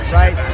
right